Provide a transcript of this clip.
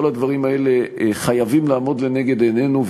כל הדברים האלה חייבים לעמוד לנגד עינינו.